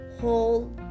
whole